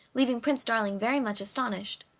leaving prince darling very much astonished.